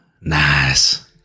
Nice